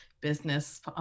business